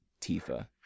Tifa